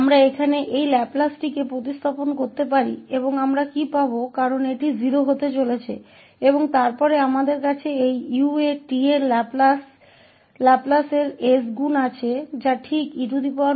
तो हम यहां इस लाप्लास को प्रतिस्थापित कर सकते हैं और हमें क्या मिलेगा क्योंकि यह 0 होने वाला है और फिर हमारे पास इस ua का लाप्लास का 6 गुना है जो कि सिर्फ e asहै